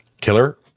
killer